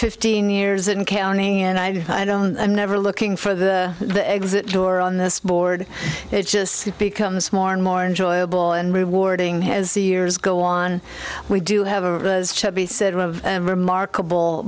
fifteen years and counting and i did i don't i'm never looking for the the exit door on this board it just becomes more and more enjoyable and rewarding him as the years go on we do have a remarkable